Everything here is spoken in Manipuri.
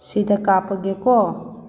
ꯁꯤꯗ ꯀꯥꯞꯄꯒꯦꯀꯣ